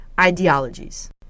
ideologies